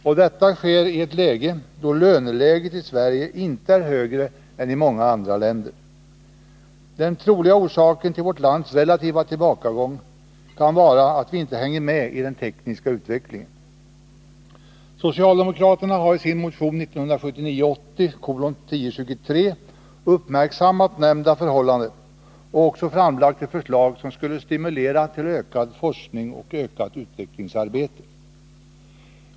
Och detta sker när löneläget i Sverige inte är högre än i många andra länder. Den troliga orsaken till vårt lands relativa tillbakagång är att vi inte hänger med i den tekniska utvecklingen. Socialdemokraterna har i sin motion 1979/80:1023 uppmärksammat nämnda förhållande och också framlagt ett förslag som skall stimulera till ökad forskning och ökat utvecklingsarbete.